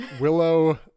Willow